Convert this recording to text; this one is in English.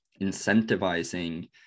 incentivizing